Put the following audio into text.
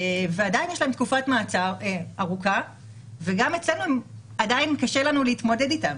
ועדיין יש לך תקופת מעצר ארוכה ועדיין קשה לנו להתמודד איתם.